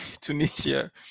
Tunisia